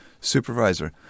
supervisor